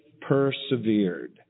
persevered